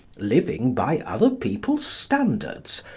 living by other people's standards,